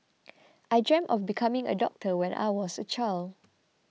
I dreamt of becoming a doctor when I was a child